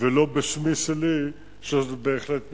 ולא בשמי שלי, שזאת בהחלט מגבלה.